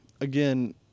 again